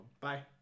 Bye